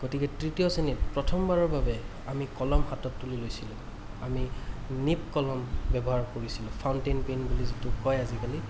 গতিকে তৃতীয় শ্ৰেণীত প্ৰথমবাৰৰ বাবে আমি কলম হাতত তুলি লৈছিলোঁ আমি নীপ কলম ব্য়ৱহাৰ কৰিছিলোঁ ফাউণ্টেইন পেন বুলি যিটোক কয় আজিকালি